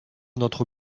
notre